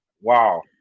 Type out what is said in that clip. Wow